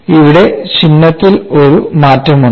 ഇവിടെ ചിഹ്നത്തിൽ ഒരു മാറ്റമുണ്ട്